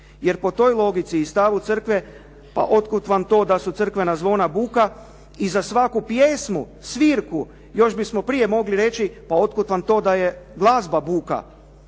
Jer po toj logici i stavu crkve a od kuda vam to da su crkvena zvona buka, i za svaku pjesmu, svirku još bismo prije mogli reći, pa od kuda vam to da je glazba buka.